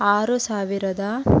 ಆರು ಸಾವಿರದ